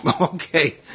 Okay